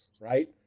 right